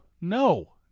No